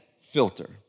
filter